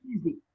easy